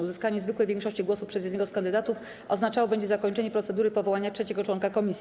Uzyskanie zwykłej większości głosów przez jednego z kandydatów oznaczało będzie zakończenie procedury powołania trzeciego członka komisji.